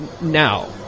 Now